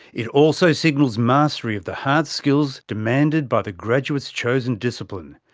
it also signals mastery of the hard skills demanded by the graduate's chosen discipline,